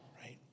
Right